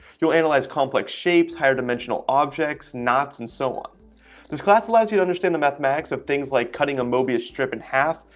you'll analyze complex shapes higher dimensional objects knots and so on this class allows you to understand the mathematics of things like cutting a mobius strip in half,